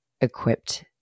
equipped